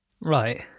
Right